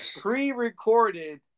Pre-recorded